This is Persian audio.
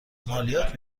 مالیات